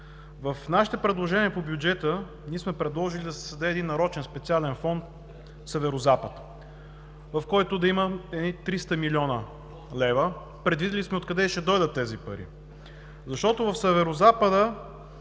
В нашите предложения по бюджета сме предложили да се създаде един нарочен, специален фонд „Северозапад“, в който да има едни 300 млн. лв. Предвидили сме и откъде ще дойдат тези пари, защото в Северозапада